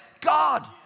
God